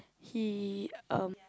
he uh